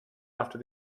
after